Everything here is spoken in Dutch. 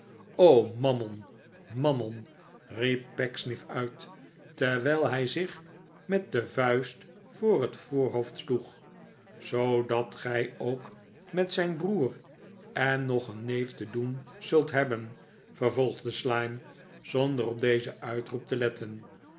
mammon mammon riep pecksniff uit terwijl hij zich met de vuist voor het voorhoofd sloeg zoodat gij ook met zijn broer en nog een neef te doen zult hebben vervolgde slyme zonder op dezen uitroep te letten